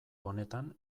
honetan